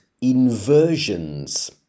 inversions